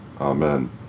Amen